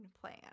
plan